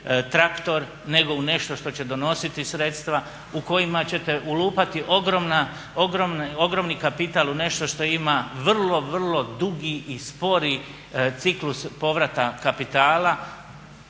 traktor nego u nešto što će donositi sredstva, u kojima ćete ulupati ogroman kapital u nešto što ima vrlo, vrlo dugi i spori ciklus povrata kapitala.